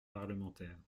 parlementaire